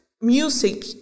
music